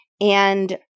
And-